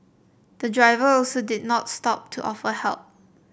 the driver also did not stop to offer help